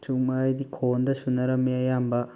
ꯁꯨꯝ ꯍꯥꯏꯗꯤ ꯈꯣꯟꯗ ꯁꯨꯅꯔꯝꯃꯦ ꯑꯌꯥꯝꯕ